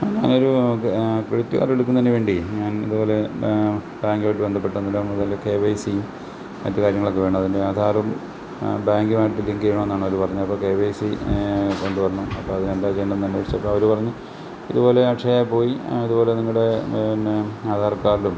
ഞാനൊരു credit card എടുക്കുന്നതിന് വേണ്ടി ഞാൻ അതുപോലെ ബാങ്കുമായിട്ട് ബദ്ധപ്പെട്ട് അന്നേരം കെ വൈ സി മറ്റു കാര്യങ്ങളൊക്കെ വേണം അത് പിന്നെ ആധാറും ബാങ്കുമായിട്ട് ലിങ്ക് ചെയ്യണമെന്നാണ് അവർ പറഞ്ഞത് അപ്പോൾ കെ വൈ സി കൊണ്ടുവരണം അപ്പോൾ അതിന് എന്താ ചെയ്യേണ്ടതെന്ന് അന്വേഷിച്ചപ്പോൾ അവർ പറഞ്ഞു ഇതുപോലെ അക്ഷയയിൽ പോയി അതുപോലെ നിങ്ങളുടെ പിന്നെ അധാർ കാർഡും